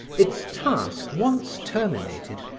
its task once terminated,